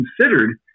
considered